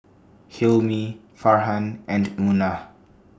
Hilmi Farhan and Munah